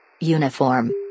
Uniform